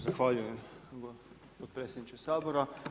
Zahvaljujem potpredsjedniče Sabora.